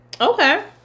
Okay